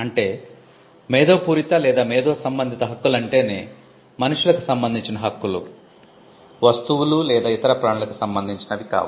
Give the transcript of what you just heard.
అంటే 'మేధోపూరిత' లేదా 'మేధో సంబంధిత' హక్కులు అంటేనే మనుష్యులకు సంబంధించిన హక్కులు వస్తువులు లేదా ఇతర ప్రాణులకు సంబంధించినవి కావు